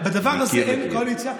בדבר הזה אין קואליציה,